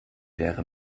wäre